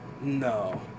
No